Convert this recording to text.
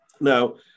Now